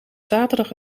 zaterdag